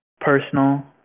personal